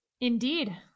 Indeed